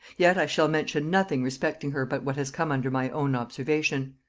yet i shall mention nothing respecting her but what has come under my own observation.